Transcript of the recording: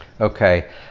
Okay